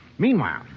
Meanwhile